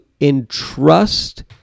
entrust